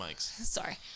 Sorry